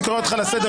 הרוב פה בקואליציה,